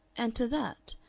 and to that,